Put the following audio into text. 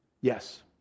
Yes